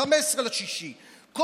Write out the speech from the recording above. ב-15 ביוני,